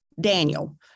Daniel